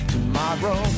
Tomorrow